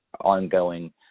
ongoing